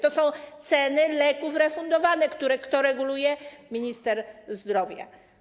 To są ceny leków refundowanych, które reguluje minister zdrowia.